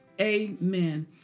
amen